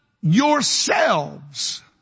Yourselves